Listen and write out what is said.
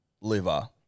liver